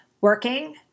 working